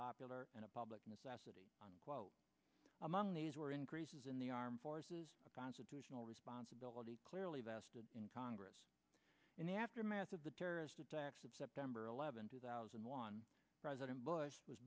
popular and a public necessity quote among these were increases in the armed forces constitutional responsibility clearly vested in congress in the aftermath of the terrorist attacks of september eleventh two thousand and one president bush was